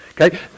Okay